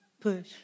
push